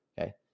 okay